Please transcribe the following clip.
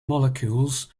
molecules